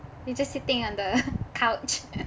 you just sitting on the couch